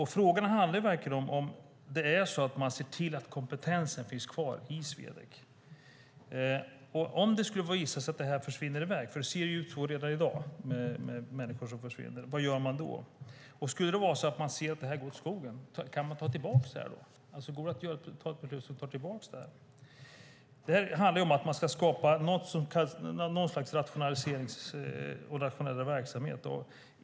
Frågan handlar om huruvida man ser till att kompetensen finns kvar i Swedec. Om det visar sig att den försvinner i väg, och det ser ju ut så redan i dag eftersom människor försvinner, vad gör man då? Skulle man se att det går åt skogen, kan man ta tillbaka det då? Går det att ta ett beslut som återställer det? Det handlar om att man ska skapa något slags rationalisering av verksamheten.